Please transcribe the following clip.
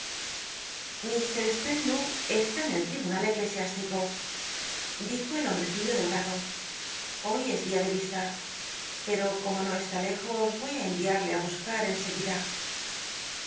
mr spcnlow está en el tl'ibunal eclesiástico dijo el hombrecillo delgado hoy es dia de yista pero como no est i lejos roy ú enviarle á